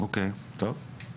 טוב, מוזר.